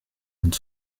und